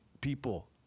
people